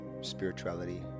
spirituality